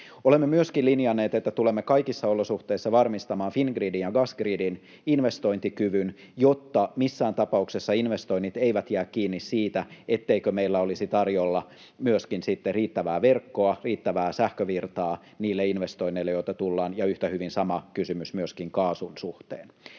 Olemme myöskin linjanneet, että tulemme kaikissa olosuhteissa varmistamaan Fingridin ja Gasgridin investointikyvyn, jotta missään tapauksessa investoinnit eivät jää kiinni siitä, etteikö meillä olisi tarjolla myöskin sitten riittävää verkkoa, riittävää sähkövirtaa, niille investoinneille, joita tulee, ja yhtä hyvin sama kysymys myöskin kaasun suhteen.